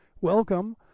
welcome